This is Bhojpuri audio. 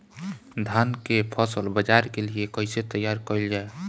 धान के फसल बाजार के लिए कईसे तैयार कइल जाए?